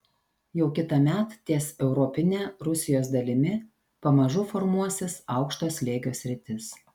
jau kitąmet ties europine rusijos dalimi pamažu formuosis aukšto slėgio sritis